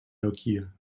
nokia